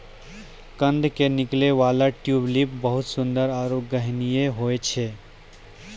कंद के निकलै वाला ट्यूलिप बहुत सुंदर आरो गंधहीन होय छै